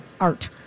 art